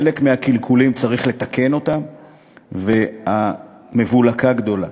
חלק מהקלקולים צריך לתקן והמבולקה גדולה.